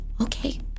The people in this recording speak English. Okay